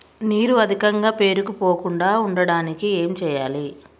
నీరు అధికంగా పేరుకుపోకుండా ఉండటానికి ఏం చేయాలి?